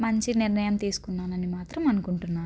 మంచి నిర్ణయం తీసుకున్నాను అని మాత్రం అనుకుంటున్నాను